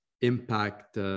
impact